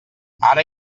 ara